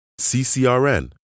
CCRN